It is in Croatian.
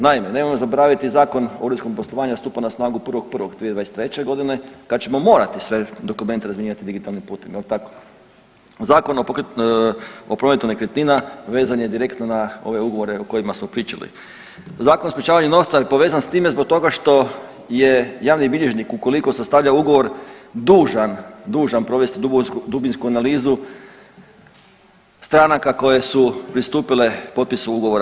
Naime, nemojmo zaboravit da Zakon o uredskom poslovanju stupa na snagu 1.1.2023.g. kad ćemo morati sve dokumente razmjenjivati digitalnim putem jel tako, Zakon o prometu nekretnina vezan je direktno na ove ugovore o kojima smo pričali, Zakon o sprječavanju novca je povezan s time zbog toga što je javni bilježnik ukoliko sastavlja prigovor dužan, dužan provesti dubinsku analizu stranaka koje su pristupile potpisu ugovora.